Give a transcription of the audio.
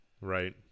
Right